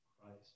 Christ